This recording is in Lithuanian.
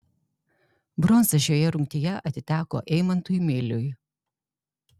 bronza šioje rungtyje atiteko eimantui miliui